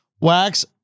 Wax